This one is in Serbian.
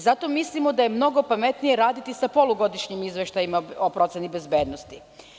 Zato mislimo da je mnogo pametnije raditi sa polugodišnjim izveštajima o proceni bezbednosti.